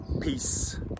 peace